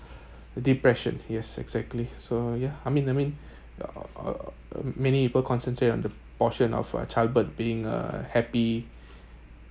depression yes exactly so yeah I mean I mean uh many people concentrate on the portion of a childbirth being uh happy